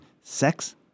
Sex